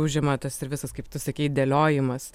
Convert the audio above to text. užima tas ir visas kaip tu sakei dėliojimas